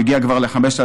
הוא הגיע כבר ל-5,300,